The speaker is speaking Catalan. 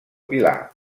pilar